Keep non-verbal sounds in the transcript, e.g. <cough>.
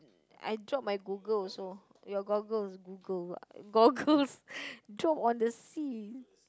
I drop my Google also your goggles Google pula goggles <laughs> drop on the sea